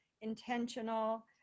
intentional